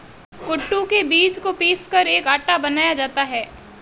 कूटू के बीज को पीसकर एक आटा बनाया जाता है